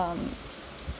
um